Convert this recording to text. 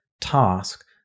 task